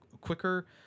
quicker